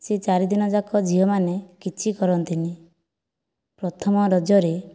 ସେହି ଚାରିଦିନ ଯାକ ଝିଅମାନେ କିଛି କରନ୍ତିନି ପ୍ରଥମ ରଜରେ